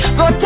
go